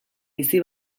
bizi